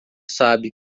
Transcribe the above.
sabe